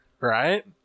Right